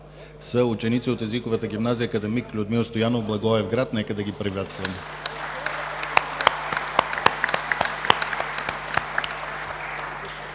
са ученици от езиковата гимназия „Акад. Людмил Стоянов“ в Благоевград. Нека да ги приветстваме.